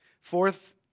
Fourth